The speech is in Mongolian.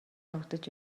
явагдаж